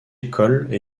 école